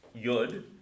yud